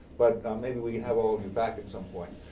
but maybe we can have all of you back at some point.